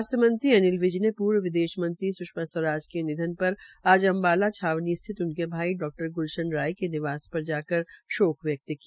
स्वास्थ्य मंत्री अनिल ने पूर्व विदेश मंत्री सृष्मा स्वराज के निधन पर आज अम्बाला छावनी स्थित उनके भाई डा ग्लशन राय के निवास पर जाकर शोक व्यक्त किया